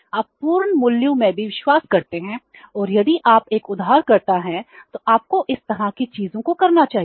आप पूर्ण मूल्यों में भी विश्वास करते हैं और यदि आप एक उधारकर्ता हैं तो आपको इस तरह की चीजों को करना चाहिए